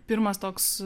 pirmas toks